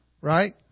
Right